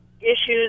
issues